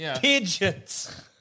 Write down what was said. pigeons